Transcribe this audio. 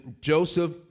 Joseph